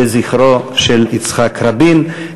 לזכרו של יצחק רבין.